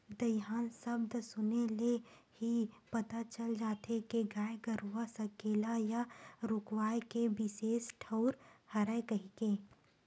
दईहान सब्द सुने ले ही पता चल जाथे के गाय गरूवा सकेला या रूकवाए के बिसेस ठउर हरय कहिके